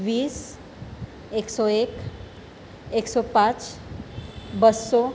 વીસ એક સો એક એક સો પાંચ બસો